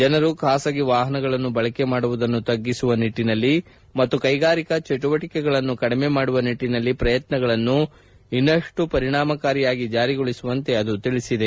ಜನರು ಖಾಸಗಿ ವಾಪನಗಳನ್ನು ಬಳಕೆ ಮಾಡುವುದನ್ನು ತ್ಗಿಸುವ ನಿಟ್ಟನಲ್ಲಿ ಮತ್ತು ಕೈಗಾರಿಕಾ ಚಟುವಟಿಕೆಗಳನ್ನು ಕಡಿಮೆ ಮಾಡುವ ನಿಟ್ಟನಲ್ಲಿ ಪ್ರಯತ್ನಗಳನ್ನು ಇನ್ನಷ್ಟು ಪರಿಣಾಮಕಾರಿಯಾಗಿ ಜಾರಿಗೊಳಿಸುವಂತೆ ಅದು ಹೇಳಿದೆ